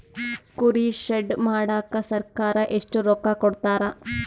ಕುರಿ ಶೆಡ್ ಮಾಡಕ ಸರ್ಕಾರ ಎಷ್ಟು ರೊಕ್ಕ ಕೊಡ್ತಾರ?